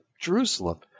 Jerusalem